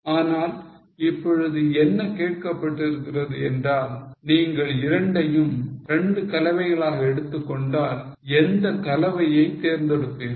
ஆனால் இப்பொழுது என்ன கேட்கப்பட்டிருக்கிறது என்றால் நீங்கள் இரண்டையும் 2 கலவைகளாக எடுத்துக்கொண்டால் எந்த கலவையை தேர்ந்தெடுப்பீர்கள்